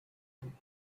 him